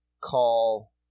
call